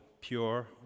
pure